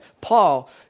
Paul